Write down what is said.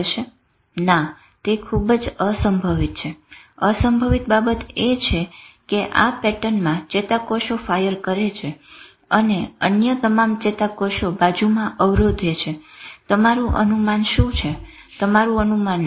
ના તે ખુબ જ અસંભવિત છે અસંભવિત બાબત એ છે કે આ પેટર્નમાં ચેતાકોષો ફાયર કરે છે અને અન્ય તમામ ચેતાકોષો બાજુમાં અવરોધે છે તમારું અનુમાન શું છે તમારું અનુમાન લો